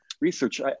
research